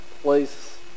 place